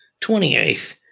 28th